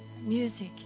music